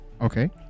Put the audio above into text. okay